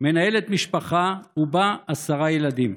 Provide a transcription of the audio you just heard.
מנהלת משפחה ובה עשרה ילדים.